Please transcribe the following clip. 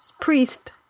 Priest